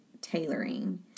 tailoring